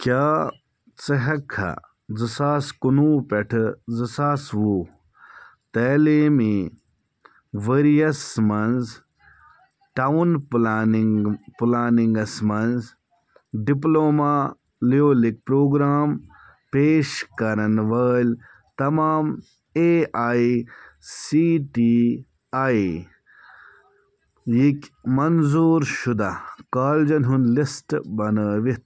کیٛاہ ژٕ ہیٚککھا زٕ ساس کُنوُہ پٮ۪ٹھٕ زٕ ساس وُہ تعلیٖمی ؤرۍ یَس مَنٛز ٹاوُن پٕلینِنٛگ پٕلینِنٛگَس مَنٛز ڈِپلوما لیولٕکۍ پرٛوگرام پیش کرن وٲلۍ تمام A I C T E یِک منظوٗر شُدہ کالجن ہُنٛد لِسٹ بنٲوِتھ